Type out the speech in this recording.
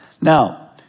Now